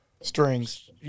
Strings